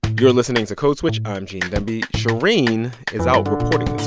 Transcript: you're listening to code switch. i'm gene demby. shereen is out reporting